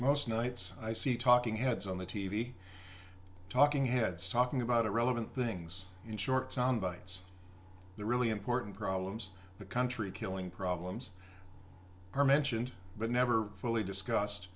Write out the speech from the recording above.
most nights i see talking heads on the t v talking heads talking about irrelevant things in short soundbites the really important problems the country killing problems are mentioned but never fully discussed